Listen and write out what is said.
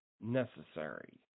necessary